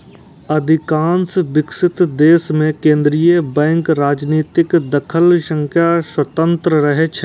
अधिकांश विकसित देश मे केंद्रीय बैंक राजनीतिक दखल सं स्वतंत्र रहै छै